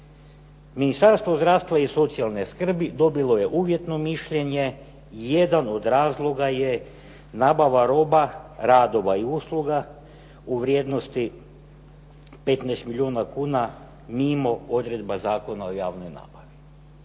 Ministarstvo zdravstva i socijalne skrbi dobilo je uvjetno mišljenje. Jedan od razloga je nabava roba, radova i usluga u vrijednosti 15 milijuna kuna mimo odredba Zakona o javnoj nabavi.